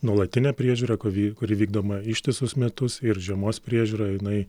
nuolatinė priežiūra kuvi kuri vykdoma ištisus metus ir žiemos priežiūra jinai